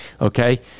Okay